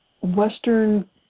Western